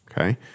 Okay